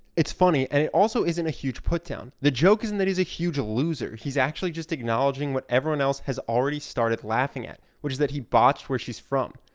it's funny and it also isn't a huge put-down. the joke isn't that he's a huge loser he's actually just acknowledging what everyone else has already started laughing at which is that he botched where she's from.